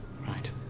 right